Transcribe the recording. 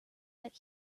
that